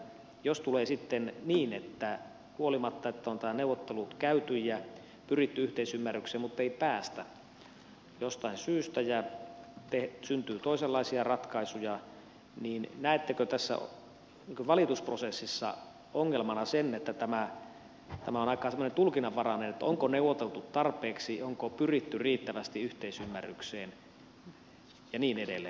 jos käy sitten niin että huolimatta siitä että on nämä neuvottelut käyty ja pyritty yhteisymmärrykseen ei päästä jostain syystä ja syntyy toisenlaisia ratkaisuja niin näettekö tässä valitusprosessissa ongelmana sen että tämä on aika semmoinen tulkinnanvarainen kysymys onko neuvoteltu tarpeeksi onko pyritty riittävästi yhteisymmärrykseen ja niin edelleen